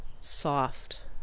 soft